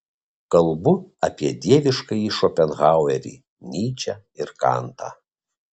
kalbu apie dieviškąjį šopenhauerį nyčę ir kantą